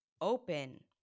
open